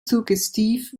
suggestiv